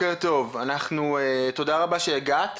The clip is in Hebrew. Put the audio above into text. רבה שהגעת,